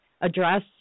address